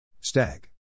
Stag